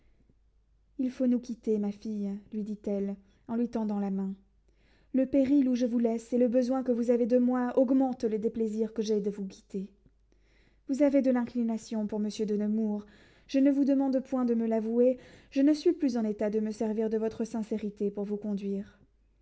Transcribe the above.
il faut nous quitter ma fille lui dit-elle en lui tendant la main le péril où je vous laisse et le besoin que vous avez de moi augmentent le déplaisir que j'ai de vous quitter vous avez de l'inclination pour monsieur de nemours je ne vous demande point de me l'avouer je ne suis plus en état de me servir de votre sincérité pour vous conduire